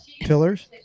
pillars